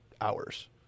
hours